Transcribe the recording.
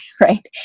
right